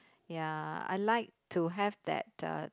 ya I like to have that the